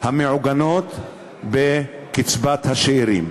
המעוגנות בקצבת השאירים.